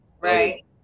Right